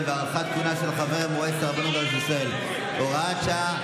והארכת כהונה של חברי מועצת הרבנות הראשית לישראל) (הוראת שעה),